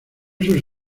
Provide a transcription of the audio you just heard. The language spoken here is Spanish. sus